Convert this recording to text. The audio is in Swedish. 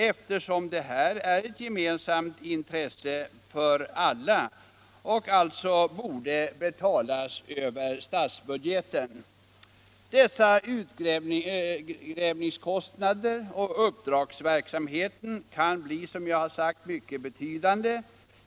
Eftersom fynden är ett gemensamt intresse för alla borde också kostnaden för detta betalas över statsbudgeten. Dessa utgrävningskostnader och uppdragsverksamheten kan bli mycket betydande.